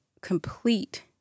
complete